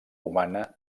humana